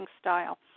style